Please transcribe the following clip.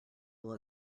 will